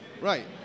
Right